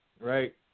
right